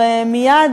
הרי מייד,